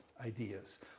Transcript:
ideas